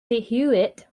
hewitt